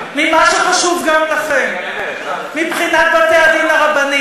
אני שמעתי כאן נאום באמת מדהים של חברת הכנסת תמר זנדברג.